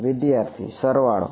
વિદ્યાર્થી સરવાળો